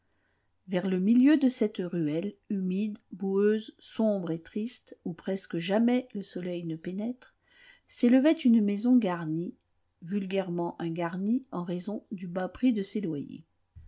vers le milieu de cette ruelle humide boueuse sombre et triste où presque jamais le soleil ne pénètre s'élevait une maison garnie vulgairement un garni en raison du bas prix de